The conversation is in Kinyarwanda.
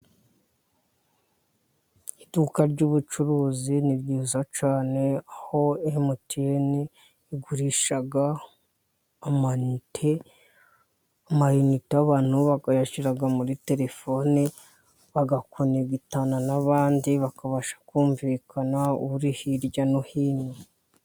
Iduka ry'ubucuruzi ni ryiza cyane, aho Emutiyeni igurisha amayinite, amayinite bakayashyira muri terefoni, bagakonegitana n'abandi bakabasha kumvikana, uri hirya no hino.